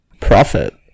Profit